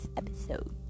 episode